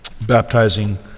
baptizing